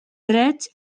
trets